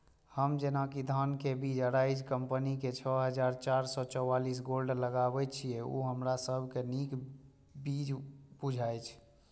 हम जेना कि धान के बीज अराइज कम्पनी के छः हजार चार सौ चव्वालीस गोल्ड लगाबे छीय उ हमरा सब के नीक बीज बुझाय इय?